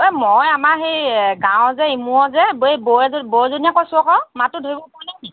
অ মই আমাৰ সেই গাঁৱৰ যে ইমূৰৰ যে এই বৌ বৌজনীয়ে কৈছোঁ আকৌ মাতটো ধৰিব পৰা নাই নেকি